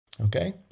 Okay